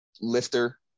lifter